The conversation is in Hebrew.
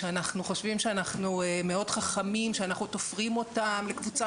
שאנחנו חושבים שאנחנו מאוד חכמים שאנחנו תופרים אותן לקבוצה